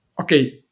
okay